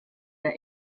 der